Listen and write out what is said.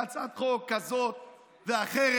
והצעת חוק כזאת ואחרת.